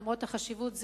למרות החשיבות,